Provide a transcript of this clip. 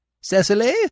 Cecily